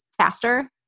faster